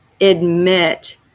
admit